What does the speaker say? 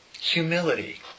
Humility